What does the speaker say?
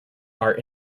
are